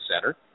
center